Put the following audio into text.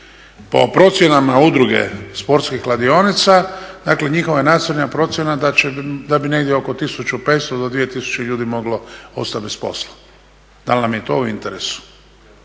Po procjenama Udruge sportskih kladionica dakle njihova … procjena da bi negdje oko 1.500 do 2.000 ljudi moglo ostati bez posla. Dali nam je to u interesu